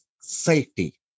safety